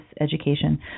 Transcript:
education